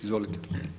Izvolite.